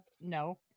No